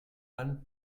pan